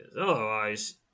otherwise